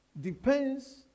depends